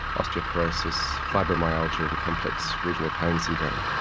osteoporosis, fibromyalgia and complex regional pain syndrome.